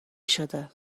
شده